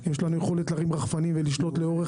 יש לנו יכולת להרים רחפנים ולשלוט לאורך